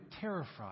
terrified